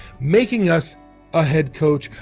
making us a head coach,